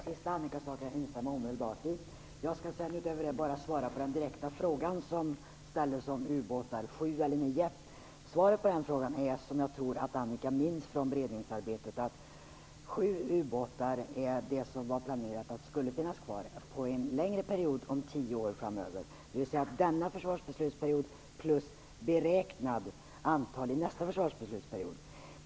Fru talman! Det sista Annika Nordgren sade kan jag omedelbart instämma i. Jag skall utöver det bara svara på den direkta fråga som ställdes om ubåtar, om de skulle vara sju eller nio. Svaret på den frågan är, som jag tror att Annika Nordgren minns från beredningsarbetet, att det planerats att sju ubåtar skulle finnas kvar under en period om tio år framöver. Det innebär denna försvarsbeslutsperiod plus beräknat antal i nästa försvarsbeslutsperiod.